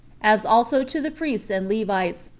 as also to the priests and levites,